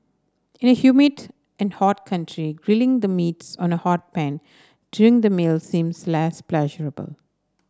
in a humid and hot country grilling the meats on a hot pan during the meal seems less pleasurable